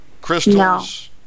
crystals